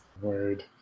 Word